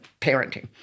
parenting